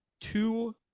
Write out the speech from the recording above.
two